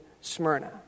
Smyrna